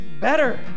better